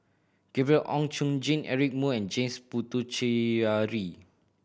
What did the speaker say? Gabriel Oon Chong Jin Eric Moo and James Puthucheary